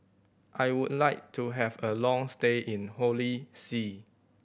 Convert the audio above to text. I would like to have a long stay in Holy See